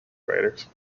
writers